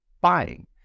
buying